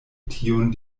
tiun